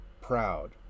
proud